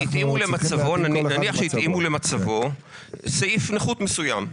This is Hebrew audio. נניח שהתאימו למצבו סעיף נכות מסוים.